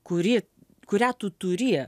kuri kurią tu turi